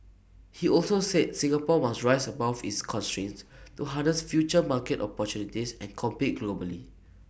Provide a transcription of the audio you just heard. he also said Singapore must rise above its constraints to harness future market opportunities and compete globally